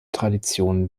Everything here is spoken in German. traditionen